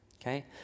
okay